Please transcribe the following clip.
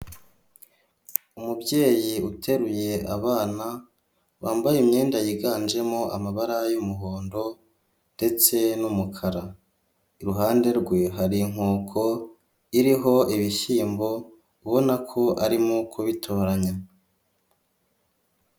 Umubyeyi uteruye abana, bambaye imyenda yiganjemo amabara y'umuhondo ndetse n'umukara. Iruhande rwe hari inkoko iriho ibishyimbo, ubona ko arimo kubitoranya.